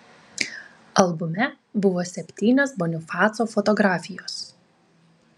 albume buvo septynios bonifaco fotografijos